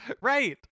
Right